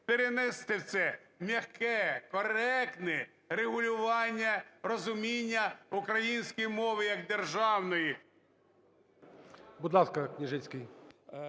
перенести це в м'яке коректне регулювання розуміння української мови як державної. ГОЛОВУЮЧИЙ. Будь ласка, Княжицький.